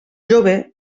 jove